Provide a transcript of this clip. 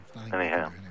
Anyhow